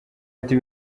ati